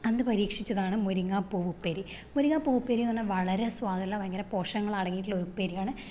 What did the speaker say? അന്ന് പരീക്ഷിച്ചതാണ് മുരിങ്ങാ പൂവ് ഉപ്പേരി മുരിങ്ങ പൂവ് ഉപ്പേരിന്ന് പറയണത് വളരെ സ്വാദുള്ള ഭയങ്കര പോഷകങ്ങളടങ്ങിയിട്ടുള്ളൊരു ഉപ്പേരിയാണ്